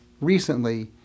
recently